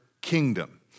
kingdom